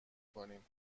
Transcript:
کنیم